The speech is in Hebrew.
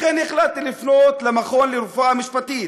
לכן החלטתי לפנות למכון לרפואה משפטית,